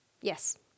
Yes